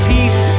Peace